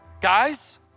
guys